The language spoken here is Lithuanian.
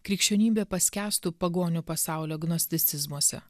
krikščionybė paskęstų pagonių pasaulio gnosticizmuose